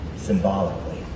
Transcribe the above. Symbolically